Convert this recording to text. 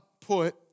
put